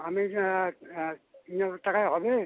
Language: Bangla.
আমি তিন হাজার টাকায় হবে